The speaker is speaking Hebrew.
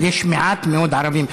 אבל יש מעט מאוד ערבים.